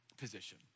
position